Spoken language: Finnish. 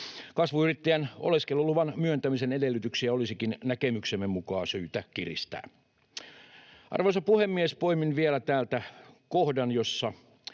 Kasvuyrittäjän oleskeluluvan myöntämisen edellytyksiä olisikin näkemyksemme mukaan syytä kiristää. Arvoisa puhemies! Poimin täältä vielä kohdan, jossa